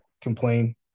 complain